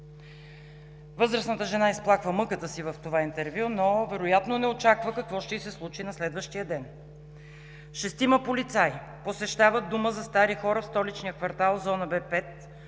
Възрастната жена изплаква мъката си в това интервю, но вероятно не очаква какво ще й се случи на следващия ден. Шестима полицаи посещават Дома за стари хора в столичния квартал „Зона Б